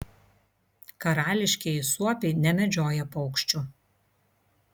karališkieji suopiai nemedžioja paukščių